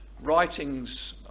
writings